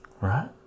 Right